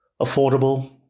affordable